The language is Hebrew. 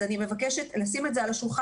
אז אני מבקשת לשים את זה על השולחן.